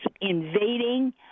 invading